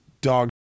dog